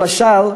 למשל,